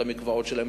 המקוואות שלהם,